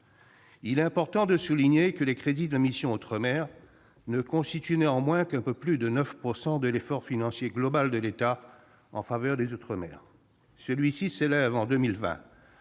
Il est important de le souligner, les crédits de la mission « Outre-mer » ne constituent néanmoins qu'un peu plus de 9 % de l'effort financier global de l'État en faveur des outre-mer. Celui-ci s'élève en 2020